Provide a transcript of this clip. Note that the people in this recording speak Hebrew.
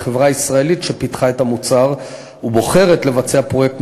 לחברה ישראלית שפיתחה את המוצר ובוחרת לבצע פרויקט